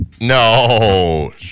No